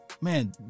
man